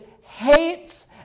hates